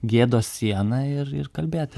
gėdos sieną ir ir kalbėti